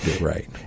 Right